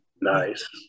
Nice